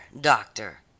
doctor